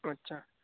અચ્છા